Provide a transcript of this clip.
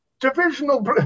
divisional